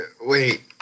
wait